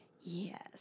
yes